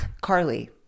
Carly